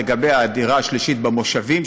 לגבי הדירה השלישית במושבים,